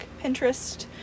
Pinterest